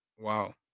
wow